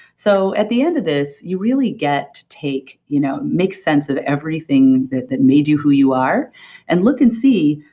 so at the end of this you really get to you know make sense of everything that that made you who you are and look and see,